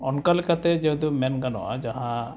ᱚᱱᱠᱟ ᱞᱮᱠᱟᱛᱮ ᱡᱮᱦᱮᱛᱩ ᱢᱮᱱ ᱜᱟᱱᱚᱜᱼᱟ ᱡᱟᱦᱟᱸ